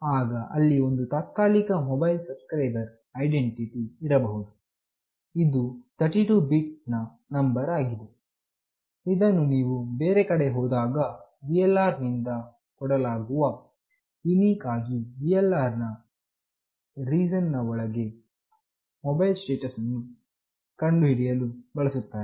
ಆಗ ಅಲ್ಲಿ ಒಂದು ತಾತ್ಕಾಲಿಕ ಮೊಬೈಲ್ ಸಬ್ಸ್ಕ್ರೈಬರ್ ಐಡೆಂಟಿಟಿ ಇರಬಹುದು ಇದು 32 ಬಿಟ್ ನ ನಂಬರ್ ಆಗಿದೆ ಇದನ್ನು ನೀವು ಬೇರೆ ಕಡೆ ಹೋದಾಗ VLR ನಿಂದ ಕೊಡಲಾಗುವ ಯುನಿಕ್ ಆಗಿ VLR ನ ರೀಜನ್ ನ ಒಳಗಿನ ಮೊಬೈಲ್ ಸ್ಟೇಷನ್ ಅನ್ನು ಕಂಡುಹಿಡಿಯಲು ಬಳಸುತ್ತಾರೆ